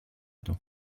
του